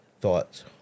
thoughts